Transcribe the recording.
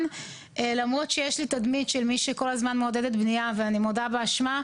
ברוכים הבאים ובהצלחה.